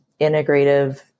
integrative